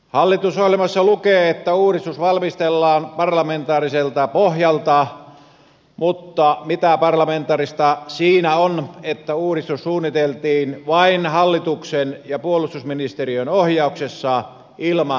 hallitusohjelmassa lukee että uudistus valmistellaan parlamentaariselta pohjalta mutta mitä parlamentaarista siinä on että uudistus suunniteltiin vain hallituksen ja puolustusministeriön ohjauksessa ilman eduskuntaa